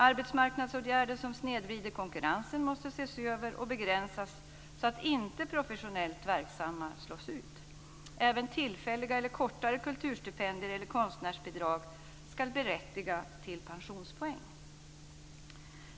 Arbetsmarknadsåtgärder som snedvrider konkurrensen måste ses över och begränsas så att inte de professionellt verksamma slås ut. Även tillfälliga eller kortare kulturstipendier eller konstnärsbidrag ska berättiga till pensionspoäng.